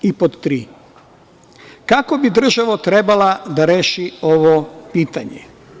I pod tri, kako bi država trebala da reši ovo pitanje?